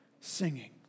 singing